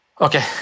okay